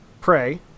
prey